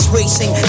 racing